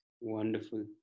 Wonderful